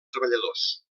treballadors